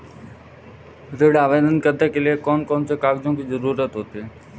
ऋण आवेदन करने के लिए कौन कौन से कागजों की जरूरत होती है?